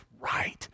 right